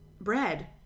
bread